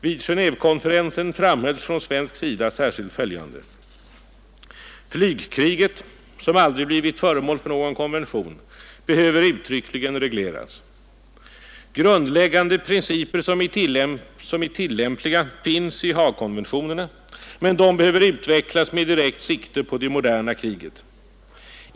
Vid Gen&vekonferensen framhölls från svensk sida särskilt följande: Flygkriget, som aldrig blivit föremål för någon konvention, behöver uttryckligen regleras. Grundläggande principer som är tillämpliga finns i Haagkonventionerna, men de behöver utvecklas med direkt sikte på det moderna kriget.